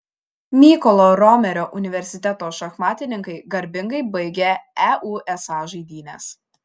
mykolo romerio universiteto šachmatininkai garbingai baigė eusa žaidynes